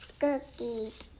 cookie